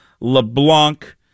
LeBlanc